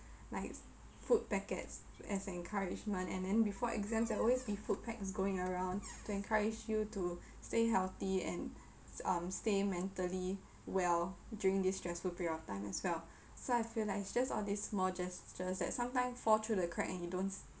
like food packets as encouragement and then before exams there will always be food packs going around to encourage you to stay healthy and s~ um stay mentally well during this stressful period of time as well so I feel like it's just all these small gestures that sometime fall through the crack and you don't